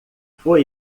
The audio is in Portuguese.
foi